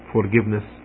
Forgiveness